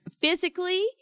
physically